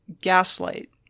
Gaslight